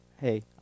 hey